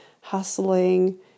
hustling